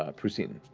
ah prucine.